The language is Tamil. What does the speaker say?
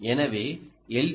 எனவே எல்